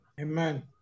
Amen